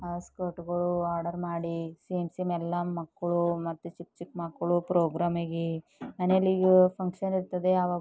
ನಾವು ಸ್ಕರ್ಟ್ಗಳು ಆರ್ಡರ್ ಮಾಡಿ ಸೇಮ್ ಸೇಮ್ ಎಲ್ಲ ಮಕ್ಕಳು ಮತ್ತು ಚಿಕ್ಕ ಚಿಕ್ಕ ಮಕ್ಕಳು ಪ್ರೋಗ್ರಾಮ್ಗೆ ಮನೇಲಿ ಈಗ ಫಂಕ್ಷನ್ ಇರ್ತದೆ ಆವಾಗೂ